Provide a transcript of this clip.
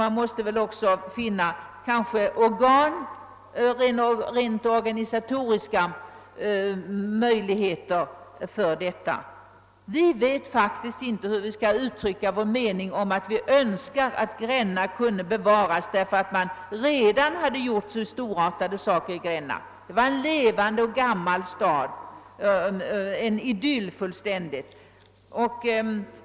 Man måste kanske ha särskilda organ eller i varje fall få organisatoriska möjligheter för att staten skall kunna medverka. Vi vet faktiskt inte hur vi skall uttrycka vår önskan om att Gränna skall bevaras, eftersom man redan uträttat så storartade saker i staden. Det är en levande och gammal stad, en fullständig idyll.